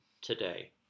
today